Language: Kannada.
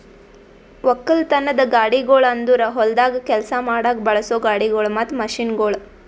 ಒಕ್ಕಲತನದ ಗಾಡಿಗೊಳ್ ಅಂದುರ್ ಹೊಲ್ದಾಗ್ ಕೆಲಸ ಮಾಡಾಗ್ ಬಳಸೋ ಗಾಡಿಗೊಳ್ ಮತ್ತ ಮಷೀನ್ಗೊಳ್